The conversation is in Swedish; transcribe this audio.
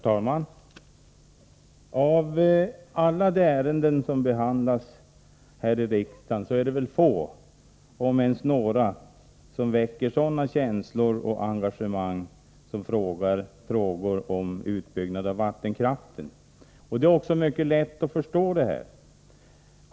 Herr talman! Av alla de ärenden som behandlas här i riksdagen är det väl få, om ens några, som väcker sådana känslor och sådant engagemang som frågor om utbyggnad av vattenkraften. Detta är också mycket lätt att förstå.